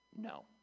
No